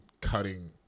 cutting